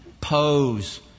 pose